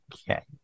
Okay